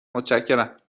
متشکرم